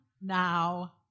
now